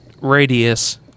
radius